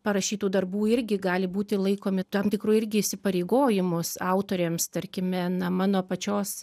parašytų darbų irgi gali būti laikomi tam tikru irgi įsipareigojimus autoriams tarkime na mano pačios